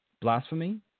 Blasphemy